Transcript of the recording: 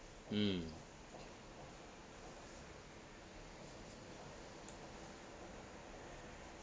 mm